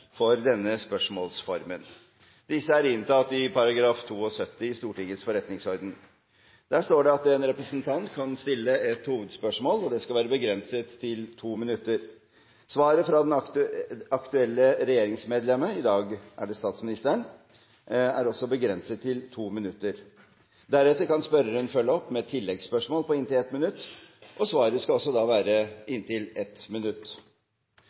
i Stortingets forretningsorden. Der står det at en representant kan stille ett hovedspørsmål, som skal være begrenset til 2 minutter. Svaret fra det aktuelle regjeringsmedlemmet, i dag statsministeren, er også begrenset til to minutter. Deretter kan spørreren følge opp med et oppfølgingsspørsmål på inntil ett minutt, og svaret skal også være på inntil 1 minutt.